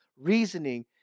reasoning